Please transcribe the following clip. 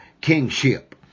kingship